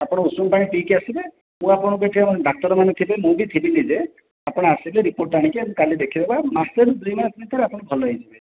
ଆପଣ ଉଷୁମ ପାଣି ପିଇକି ଆସିବେ ମୁଁ ଆପଣଙ୍କ ପାଇଁ ଡ଼ାକ୍ତର ମାନେ ଥିବେ ମୁଁ ବି ଥିବି ନିଜେ ଆପଣ ଆସିବେ ରିପୋର୍ଟ ଆଣିକି ଆମେ କାଲି ଦେଖେଇଦେବା ମାସେ ରୁ ଦୁଇ ମାସ ଭିତରେ ଆପଣ ଭଲ ହେଇଯିବେ